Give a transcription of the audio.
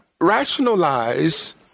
rationalize